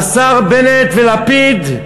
השרים בנט ולפיד,